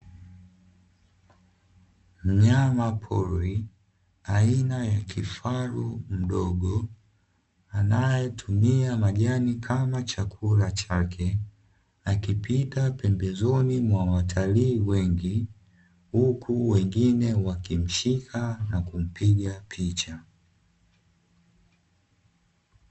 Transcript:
Mnyama pori aina ya kifaru mdogo anayetumia majani kama chakula chake, akipita pembezoni mwa watalii wengi huku wengine wakimshika na kumpiga picha.